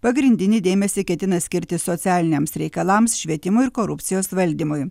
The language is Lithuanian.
pagrindinį dėmesį ketina skirti socialiniams reikalams švietimui ir korupcijos valdymui